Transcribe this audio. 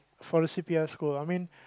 for the C_P_F school I mean